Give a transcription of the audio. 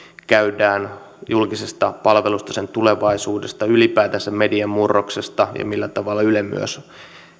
käydään julkisesta palvelusta sen tulevaisuudesta ylipäätänsä mediamurroksesta ja siitä millä tavalla yle myös